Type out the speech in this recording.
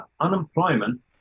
unemployment